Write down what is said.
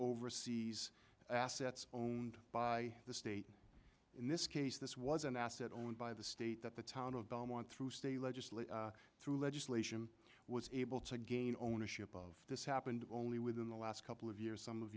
oversees assets owned by the state in this case this was an asset owned by the state that the town of beaumont through state legislature through legislation was able to gain ownership of this happened only within the last couple of years some of